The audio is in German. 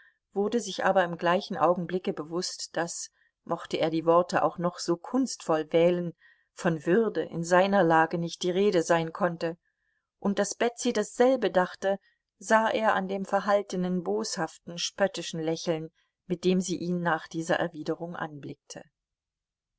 wurde sich aber im gleichen augenblicke bewußt daß mochte er die worte auch noch so kunstvoll wählen von würde in seiner lage nicht die rede sein konnte und daß betsy dasselbe dachte sah er an dem verhaltenen boshaften spöttischen lächeln mit dem sie ihn nach dieser erwiderung anblickte